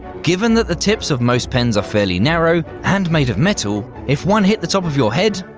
given that the tips of most pens are fairly narrow and made of metal, if one hit the top of your head,